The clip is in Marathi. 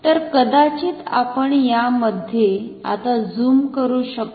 तर कदाचित आपण यामध्ये आत झूम करू शकतो